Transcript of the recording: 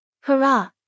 Hurrah